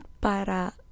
para